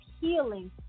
healing